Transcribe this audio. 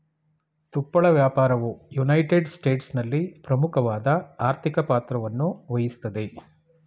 ತುಪ್ಪಳ ವ್ಯಾಪಾರವು ಯುನೈಟೆಡ್ ಸ್ಟೇಟ್ಸ್ನಲ್ಲಿ ಪ್ರಮುಖವಾದ ಆರ್ಥಿಕ ಪಾತ್ರವನ್ನುವಹಿಸ್ತದೆ